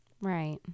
Right